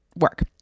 work